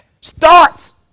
starts